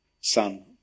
son